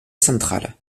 centrale